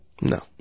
No